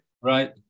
Right